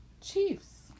Chiefs